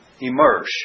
immerse